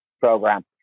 program